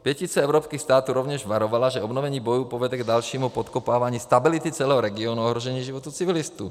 Pětice evropských států rovněž varovala, že obnovení bojů povede k dalšímu podkopávání stability celého regionu a ohrožení životů civilistů.